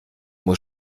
muss